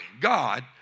God